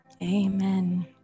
amen